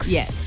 Yes